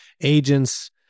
agents